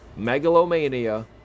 megalomania